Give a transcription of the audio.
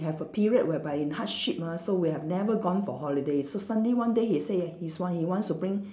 have a period whereby in hardship ah so we have never gone for holiday so Sunday one day he say he's want he wants to bring